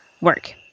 work